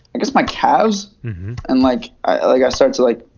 i guess my calves and like i like i start to like.